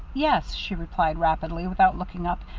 yes, she replied rapidly, without looking up,